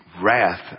wrath